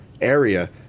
area